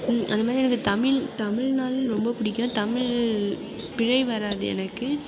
அதமாதிரி எனக்கு தமிழ் தமிழ்னாலே ரொம்ப பிடிக்கும் தமிழ் பிழை வராது எனக்கு